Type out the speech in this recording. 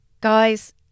guys